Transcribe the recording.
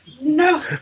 no